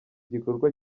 gikorwa